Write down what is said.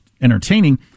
entertaining